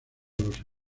los